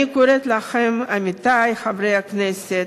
אני קוראת לכם, עמיתי חברי הכנסת,